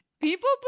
people